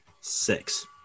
six